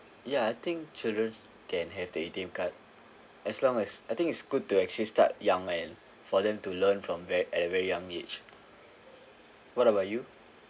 ya I think children can have the A_T_M card as long as I think it's good to actually start young and for them to learn from very at a very young age what about you